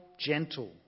gentle